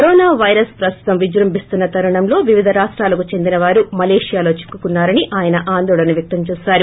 corona virus ప్రస్తుతం విజృంభిస్తున్న తరుణంలో వివిధ రాష్టాల కు చెందిన వారు మలేసియాలో చిక్కుకున్నారని ఆయన ఆందోళన వ్యక్తం దేశారు